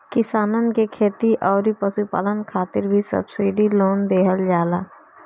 किसानन के खेती अउरी पशुपालन खातिर भी सब्सिडी लोन देहल जाला